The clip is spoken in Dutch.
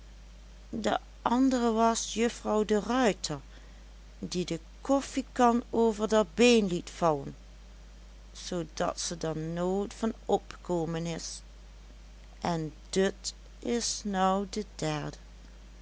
de andere was juffrouw de ruiter die de koffiekan over der been liet vallen zoodat ze der nooit van opëkomen is en dut is nou de derde